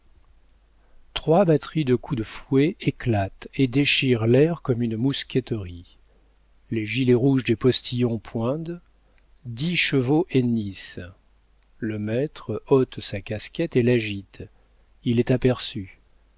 trois batteries de coups de fouet éclatent et déchirent l'air comme une mousqueterie les gilets rouges des postillons poindent dix chevaux hennissent le maître ôte sa casquette et l'agite il est aperçu